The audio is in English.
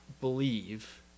believe